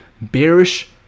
bearish